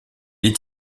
est